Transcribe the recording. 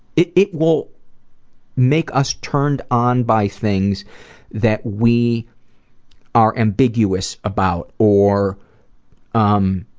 it it will make us turned on by things that we are ambiguous about or um,